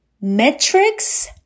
metrics